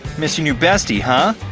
miss your new bestie, huh? i